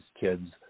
kids